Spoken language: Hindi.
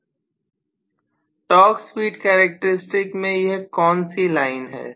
छात्र टॉर्क स्पीड कैरेक्टर स्टिक में यह कौन सी लाइन है